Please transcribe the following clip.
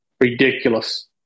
ridiculous